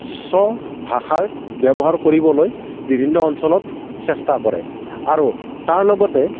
স্বভাষাৰ ব্যৱহাৰ কৰিবলৈ বিভিন্ন অঞ্চলত চেষ্টা কৰে আৰু তাৰ লগতে